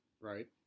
Right